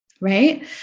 right